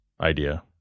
idea